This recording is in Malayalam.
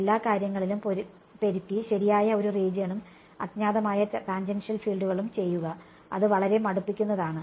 എല്ലാ കാര്യങ്ങളിലും പെരുക്കി ശരിയാക്കിയ ഒരു റീജിയണും അജ്ഞാതമായ ടാൻജൻഷ്യൽ ഫീൽഡുകളും ചെയ്യുക അത് വളരെ മടുപ്പിക്കുന്നതാണ്